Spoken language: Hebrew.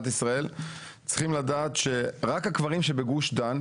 צריכים לדעת שרק הקברים שבגוש דן,